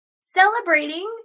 Celebrating